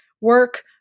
work